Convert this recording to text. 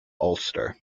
ulster